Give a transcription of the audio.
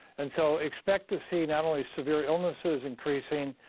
and so expect to see not only severe illnesses increasing,